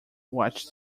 watched